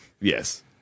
yes